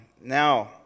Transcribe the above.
Now